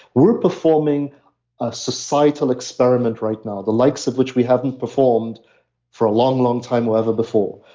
we're performing a societal experiment right now. the likes of which we haven't performed for a long, long time or ever before.